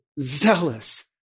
zealous